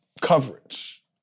coverage